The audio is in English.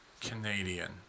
Canadian